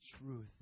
truth